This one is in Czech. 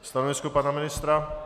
Stanovisko pana ministra?